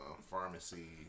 pharmacy